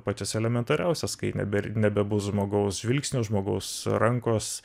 pačias elementariausias kai nebėr nebebus žmogaus žvilgsnio žmogaus rankos